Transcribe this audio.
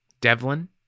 Devlin